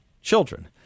children